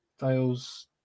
Dale's